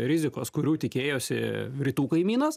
rizikos kurių tikėjosi rytų kaimynas